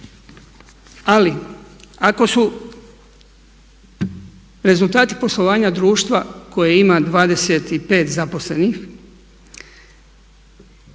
Ali ako su rezultati poslovanja društva koje ima 25 zaposlenih